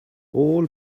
all